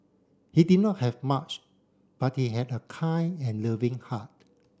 he did not have much but he had a kind and loving heart